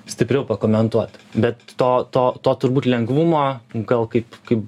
stipriau pakomentuot bet to to to turbūt lengvumo gal kaip kaip